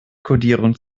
kodierung